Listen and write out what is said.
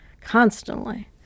constantly